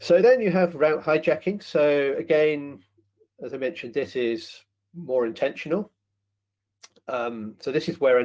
so then you have route hijacking so again as i mentioned this is more intentional so this is where